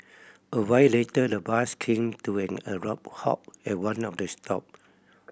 a while later the bus came to an abrupt halt at one of the stop